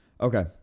Okay